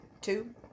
Two